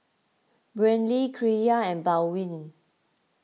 Brynlee Kyra and Baldwin